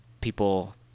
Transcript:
people